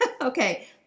okay